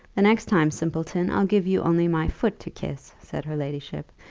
the next time, simpleton, i'll give you only my foot to kiss, said her ladyship,